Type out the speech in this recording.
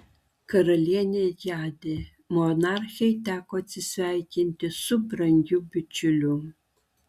karalienė gedi monarchei teko atsisveikinti su brangiu bičiuliu